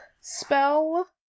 spell